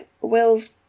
will's